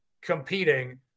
competing